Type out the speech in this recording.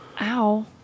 Ow